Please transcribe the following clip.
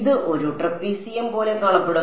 ഇത് ഒരു ട്രപീസിയം പോലെ കാണപ്പെടും